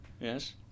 Yes